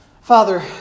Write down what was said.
Father